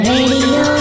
Radio